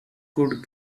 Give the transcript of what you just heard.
could